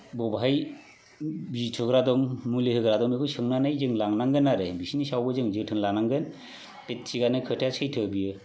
बबेहाय बिजि थुग्रा दं मुलि होग्रा दं बेखौ सोंनानै जों लांनांगोन आरो बिसोरनि सायावबो जों जोथोन लानांगोन बे थिगानो खोथाया सैथो बेयो